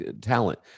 talent